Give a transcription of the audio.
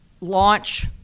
launch